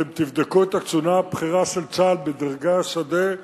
אתם תבדקו את הקצונה הבכירה של צה"ל בדרגי השדה,